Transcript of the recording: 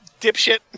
dipshit